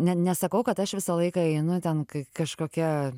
ne nesakau kad aš visą laiką einu ten kai kažkokia